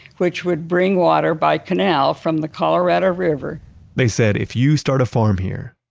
which would bring water by canal from the colorado river they said, if you start a farm here,